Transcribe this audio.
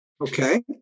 Okay